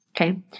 Okay